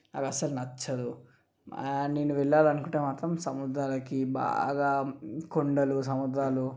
అవస్సలు నచ్చదు నేను వెళ్ళాలనుకుంటే మాత్రం సముద్రాలకి బాగా కొండలు సముద్రాలు